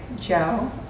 Joe